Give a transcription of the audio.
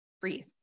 breathe